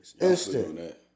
instant